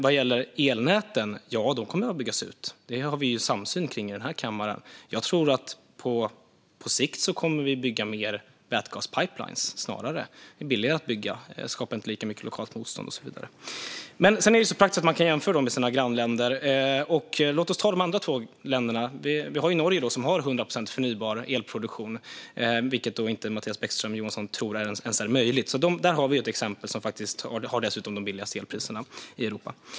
Vad gäller elnäten kommer de att byggas ut. Det har vi samsyn kring i den här kammaren. Jag tror att vi på sikt snarare kommer att bygga fler vätgaspipeliner. De är billigare att bygga och skapar inte lika mycket lokalt motstånd och så vidare. Det är praktiskt nog så att man kan jämföra med sina grannländer. Låt oss ta de andra två länderna. Vi har Norge, som har 100 procent förnybar elproduktion, vilket Mattias Bäckström Johansson inte ens tror är möjligt. Där har vi ett exempel, och Norge har dessutom de lägsta elpriserna i Europa.